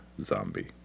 Zombie